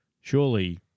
surely